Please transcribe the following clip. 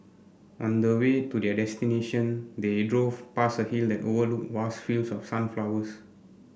on the way to their destination they drove past a hill that overlooked vast fields of sunflowers